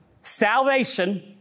salvation